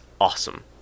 awesome